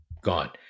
Gone